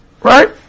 Right